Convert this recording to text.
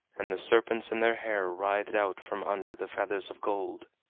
and the serpents in their hair writhed out from under the feathers of gold.